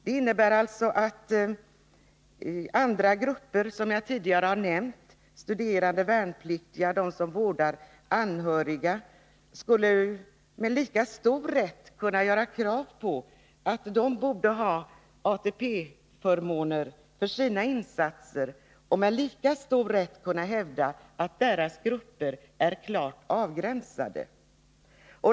Men andra grupper som jag tidigare nämnt — t.ex. studerande, värnpliktiga och de som vårdar anhöriga — skulle kunna med lika stor rätt ställa krav på ATP-förmåner för sina insatser och med lika stor rätt hävda att deras grupper är klart avgränsade.